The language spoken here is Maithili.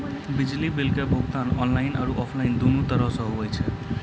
बिजली बिल के भुगतान आनलाइन आरु आफलाइन दुनू तरहो से होय छै